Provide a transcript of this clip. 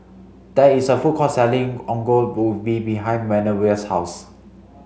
there is a food court selling Ongol Ubi behind Manervia's house